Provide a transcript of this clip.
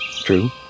true